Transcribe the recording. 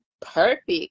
perfect